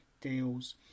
deals